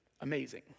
amazing